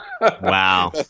Wow